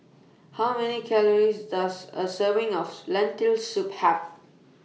How Many Calories Does A Serving of Lentil Soup Have